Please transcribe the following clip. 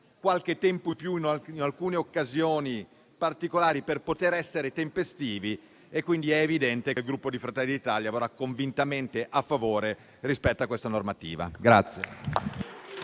in più, in alcune occasioni particolari, per essere tempestivi, quindi è evidente che il Gruppo Fratelli d'Italia voterà convintamente a favore rispetto a questa normativa.